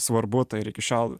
svarbu ir iki šiol